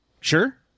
Sure